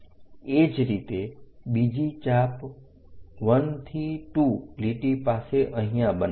એ જ રીતે બીજી ચાપ 1 થી 2 લીટી પાસે અહીંયા બનાવો